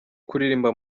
kuririmba